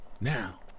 Now